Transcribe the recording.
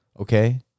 okay